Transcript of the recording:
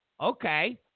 Okay